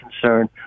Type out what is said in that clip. concern